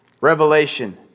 Revelation